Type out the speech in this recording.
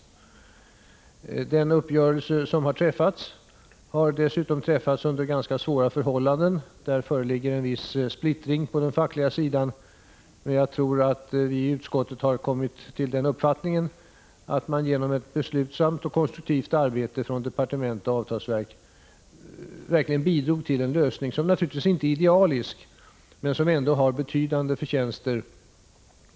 Den uppgörelse som har träffats har kommit till stånd under ganska svåra 47 Prot. 1985/86:144 förhållanden. Det föreligger en viss splittring på den fackliga sidan. Men vi i utskottet har kommit till den uppfattningen att man genom beslutsamt och konstruktivt arbete i departement och på avtalsverk verkligen fått fram en lösning, som naturligtvis inte är idealisk, men som ändå har betydande förtjänster.